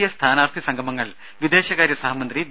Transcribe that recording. A സ്ഥാനാർഥി സംഗമങ്ങൾ വിദേശകാര്യ സഹമന്ത്രി വി